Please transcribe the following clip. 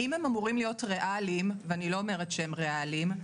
אם הם אמורים להיות ריאליים ואני לא אומרת שהם ריאליים,